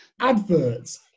adverts